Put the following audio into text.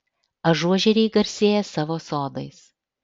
ažuožeriai garsėja savo sodais